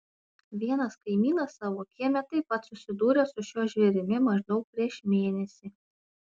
vienas kaimynas savo kieme taip pat susidūrė su šiuo žvėrimi maždaug prieš mėnesį